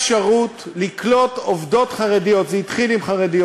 רק רוצה לומר לכולנו מה באמת צריך לעשות כדי לעשות מהפכה בתעסוקת חרדים